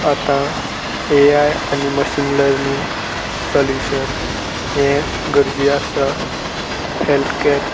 आतां A I आनी machine learning solution हें गरजे आसा हेल्थ कॅर